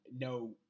no